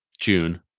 June